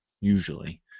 usually